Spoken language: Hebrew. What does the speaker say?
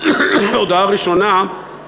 ההודעה הראשונה,